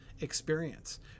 experience